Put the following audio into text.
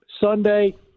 Sunday